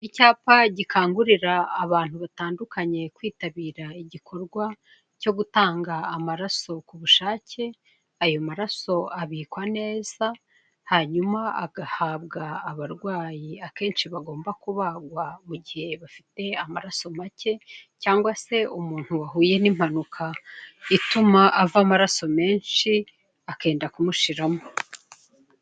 Icyapa gikangurira abantu batandukanye kwitabira igikorwa cyo gutanga amaraso k'ubushake, ayo maraso abikwa neza hanyuma agahabwa abarwayi akenshi bagiye kubagwa mu igihe bafite amaraso make, cyangwa se umuntu wahuye n'impanuka ituma ava amaraso menshi akenda kumushiramo.